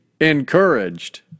encouraged